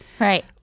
Right